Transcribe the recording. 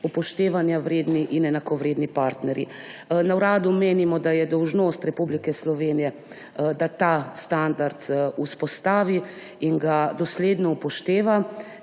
upoštevanja vredni in enakovredni partnerji. Na uradu menimo, da je dolžnost Republike Slovenije, da ta standard vzpostavi in ga dosledno upošteva.